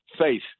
faith